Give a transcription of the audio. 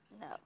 No